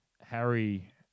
Harry